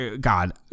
God